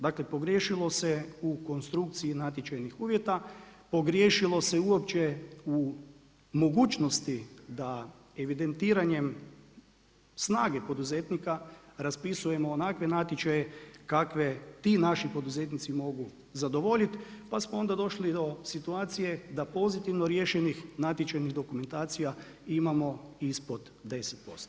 Dakle, pogriješilo se u konstrukciji natječajnih uvjeta, pogriješilo se uopće u mogućnosti da evidentiranjem snage poduzetnika raspisujemo onakve natječaje kakve ti naši poduzetnici mogu zadovoljiti, pa smo onda došli do situacije da pozitivno riješenih natječajnih dokumentacija imamo ispod 10%